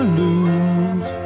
lose